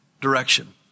direction